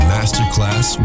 Masterclass